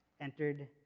entered